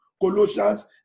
Colossians